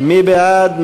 מי בעד?